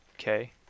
okay